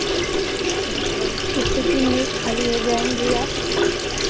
अच्छा कितने दिन में खाली हो जाएंगे आप